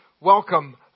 welcome